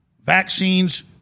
vaccines